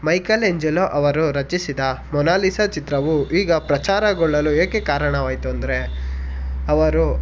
Michelangelo ಅವರು ರಚಿಸಿದ Mona Lisa ಚಿತ್ರವು ಈಗ ಪ್ರಚಾರಗೊಳ್ಳಲು ಏಕೆ ಕಾರಣವಾಯಿತು ಅಂದರೆ ಅವರು